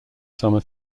summer